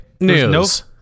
news